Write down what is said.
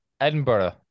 edinburgh